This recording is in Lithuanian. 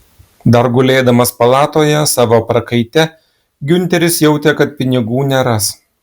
dar gulėdamas palatoje savo prakaite giunteris jautė kad pinigų neras